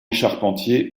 charpentier